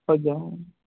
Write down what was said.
okay ma'am